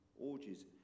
orgies